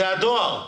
זה הדואר,